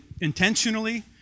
intentionally